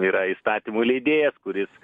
yra įstatymų leidėjas kuris